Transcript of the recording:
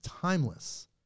timeless